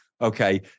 okay